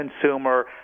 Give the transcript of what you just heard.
consumer